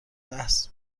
بحث